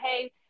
hey